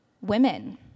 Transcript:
Women